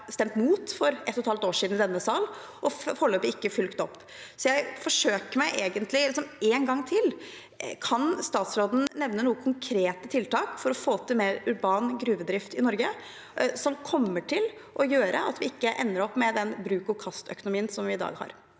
stemt mot for et og et halvt år siden i denne sal, og foreløpig ikke fulgt opp. Jeg forsøker meg egentlig en gang til: Kan statsråden nevne noen konkrete tiltak for å få til mer urban gruvedrift i Norge, som kommer til å gjøre at vi ikke ender opp med den bruk-og-kast-økonomien som vi har